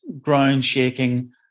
ground-shaking